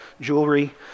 jewelry